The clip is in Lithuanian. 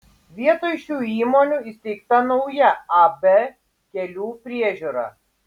vietoj šių įmonių įsteigta nauja ab kelių priežiūra